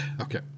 Okay